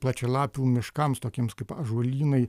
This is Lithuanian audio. plačialapių miškams tokiems kaip ąžuolynai